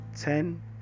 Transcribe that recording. ten